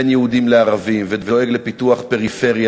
בין יהודים לערבים ודואג לפיתוח הפריפריה,